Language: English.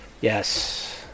yes